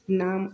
नाम